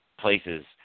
places